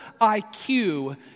IQ